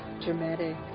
dramatic